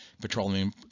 Petroleum